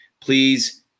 Please